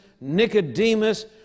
Nicodemus